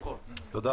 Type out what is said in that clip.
שמחון, תודה.